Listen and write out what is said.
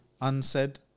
unsaid